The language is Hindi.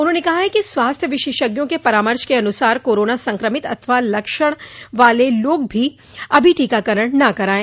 उन्होंने कहा है कि स्वास्थ्य विशेषज्ञों के परामर्श के अनुसार कोरोना संक्रमित अथवा लक्षण वाले लोग अभी टीकाकरण न कराये